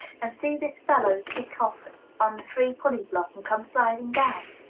and see this fellow kick off on the free pulley-block and come sliding down.